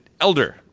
Elder